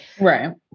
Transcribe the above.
right